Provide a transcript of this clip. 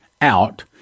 out